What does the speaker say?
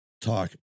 talk